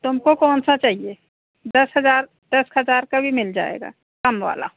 तुमको कौन सा चाहिए दस हजार दस हजार का भी मिल जाएगा कम वाला